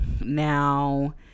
Now